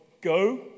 go